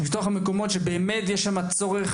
מתוך המקומות שבאמת יש שם צורך,